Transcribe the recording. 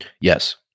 Yes